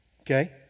Okay